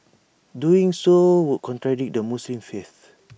doing so would contradict the Muslim faith